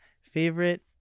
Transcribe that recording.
favorite